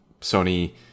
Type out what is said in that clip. Sony